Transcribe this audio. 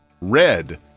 red